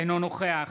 אינו נוכח